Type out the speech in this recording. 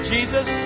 Jesus